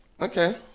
Okay